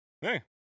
Hey